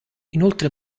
inoltre